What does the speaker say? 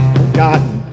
forgotten